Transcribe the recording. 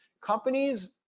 companies